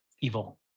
evil